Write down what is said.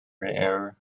rare